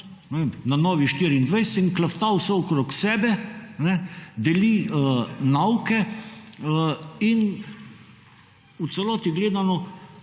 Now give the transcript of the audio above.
na Novi 24, in klafta vse okrog sebe, deli nauke in v celoti gledano